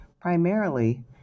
primarily